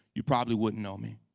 you probably wouldn't know me.